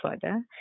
further